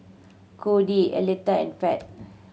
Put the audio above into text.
Codie Alethea and Pat